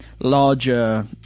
larger